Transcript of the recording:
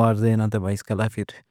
مار ݙیوݨ بھائی، ایس دے علاوہ پھر۔